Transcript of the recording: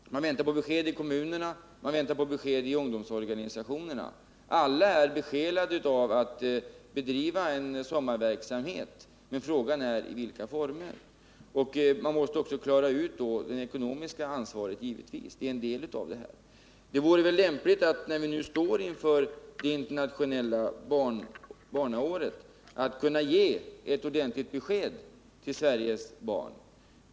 Såväl kommunerna som ungdomsorganisationerna väntar på besked. Alla är besjälade av en önskan att bedriva en sommarverksamhet, men frågan är i vilka former. Man måste också klara ut det ekonomiska ansvaret, eftersom detta är en del av problemet. Det vore väl lämpligt, att när vi nu närmar oss det internationella barnaåret, kunna ge ett ordentligt besked till Sveriges barn.